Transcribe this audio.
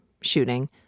shooting